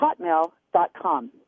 hotmail.com